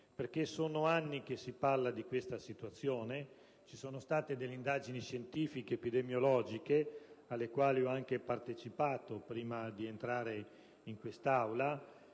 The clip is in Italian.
Infatti sono anni che si parla di questa situazione. Ci sono state delle indagini scientifiche epidemiologiche alle quali ho anche partecipato nel 2005 prima di entrare in quest'Aula